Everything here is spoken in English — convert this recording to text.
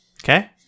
Okay